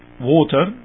water